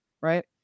Right